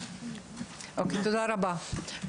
תודה רבה.